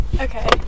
Okay